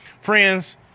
Friends